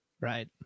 Right